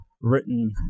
written